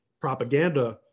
propaganda